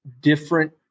different